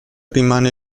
rimane